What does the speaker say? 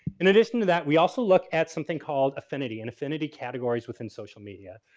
in addition to that we also look at something called affinity and affinity categories within social media.